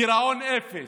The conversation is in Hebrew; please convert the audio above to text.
גירעון אפס.